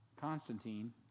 Constantine